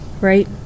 Right